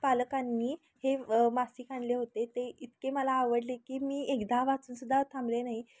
पालकांनी हे मासिक आणले होते ते इतके मला आवडले की मी एकदा वाचूनसुद्धा थांबले नाही